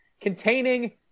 containing